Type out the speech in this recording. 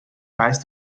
rise